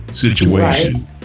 situation